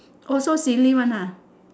also silly one ah